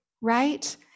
right